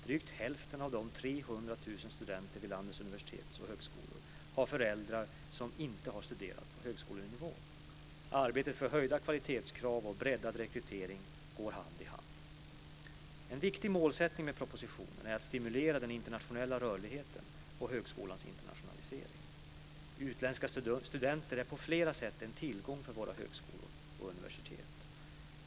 Drygt hälften av de 300 000 studenterna vid landets universitet och högskolor har föräldrar som inte har studerat på högskolenivå. Arbetet för höjda kvalitetskrav och breddad rekrytering går hand i hand. En viktig målsättning med propositionen är att stimulera den internationella rörligheten och högskolans internationalisering. Utländska studenter är på flera sätt en tillgång för våra högskolor och universitet.